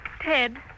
Ted